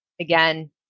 again